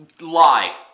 lie